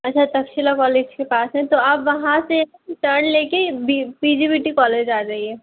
अच्छा तकशिला कौलेज के पास हैं तो आप वहाँ से टर्न ले कर B P G B T college आ जाइए